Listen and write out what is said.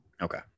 Okay